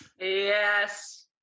Yes